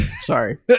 sorry